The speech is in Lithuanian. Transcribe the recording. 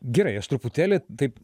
gerai aš truputėlį taip